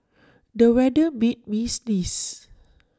the weather made me sneeze